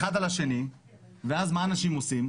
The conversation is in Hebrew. אנשים אחד על השני, ואז מה אנשים עושים?